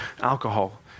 alcohol